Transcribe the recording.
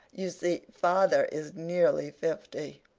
you see, father is nearly fifty.